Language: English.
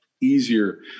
easier